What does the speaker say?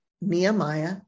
Nehemiah